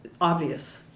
obvious